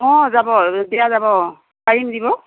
অঁ যাব দিয়া যাব পাৰিম দিব